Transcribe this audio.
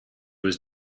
was